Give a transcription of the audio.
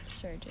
Sure